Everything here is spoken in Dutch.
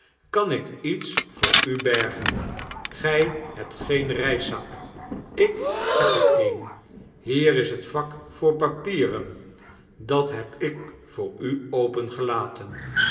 kan ik iets voor u bergen gy hebt geen reiszak ik heb er een hier is het vak voor papieren dat heb ik voor u